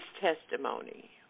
testimony